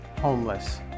homeless